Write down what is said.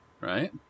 right